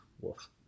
Wolf